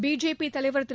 BJP தலைவர் திரு